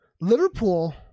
Liverpool